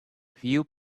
few